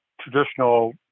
traditional